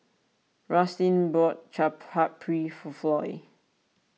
Rustin bought Chaat Papri for Floy